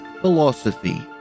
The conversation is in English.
Philosophy